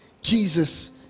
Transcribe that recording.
Jesus